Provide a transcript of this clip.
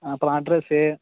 அப்புறம் அட்ரஸ்ஸு